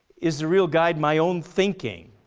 is the real guide my own thinking?